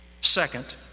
Second